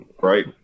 right